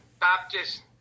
Baptist